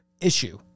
issue